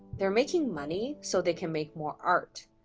they're making money so they can make more art.